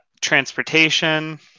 transportation